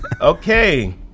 Okay